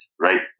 right